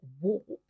warp